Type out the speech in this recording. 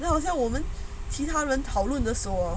then 好像我我们其他人讨论地说